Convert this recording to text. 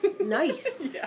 nice